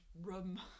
room